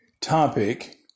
topic